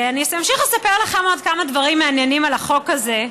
אני אמשיך לספר לכם עוד כמה דברים מעניינים על החוק הזה,